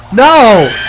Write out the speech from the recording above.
no